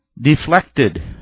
deflected